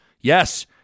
Yes